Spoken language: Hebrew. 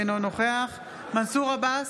אינו נוכח מנסור עבאס,